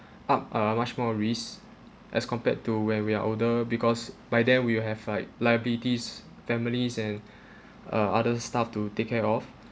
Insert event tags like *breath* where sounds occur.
up uh much more risk as compared to when we are older because by then we will have like liabilities families and *breath* uh other stuff to take care of